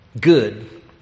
Good